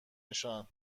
نشان